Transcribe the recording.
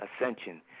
ascension